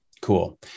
Cool